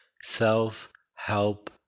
self-help